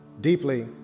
deeply